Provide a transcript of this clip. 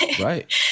right